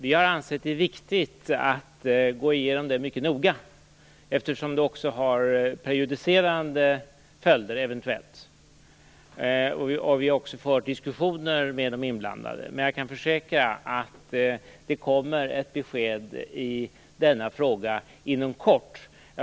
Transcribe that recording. Vi har ansett det viktigt att gå igenom detta mycket noga, eftersom det eventuellt kan få prejudicerande följder. Vi har också fört diskussioner med de inblandade. Men jag kan försäkra att det kommer ett besked i denna fråga inom kort.